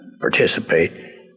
participate